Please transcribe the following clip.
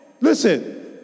listen